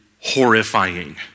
horrifying